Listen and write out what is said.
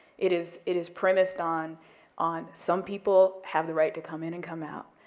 it is it is premised on on some people have the right to come in and come out,